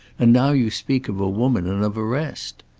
and now you speak of a woman, and of arrest.